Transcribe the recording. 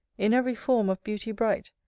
in ev'ry form of beauty bright,